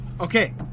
Okay